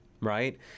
right